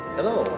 Hello